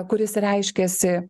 kuris reiškiasi